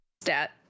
stat